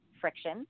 friction